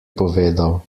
povedal